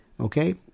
Okay